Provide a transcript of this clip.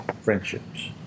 friendships